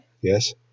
Yes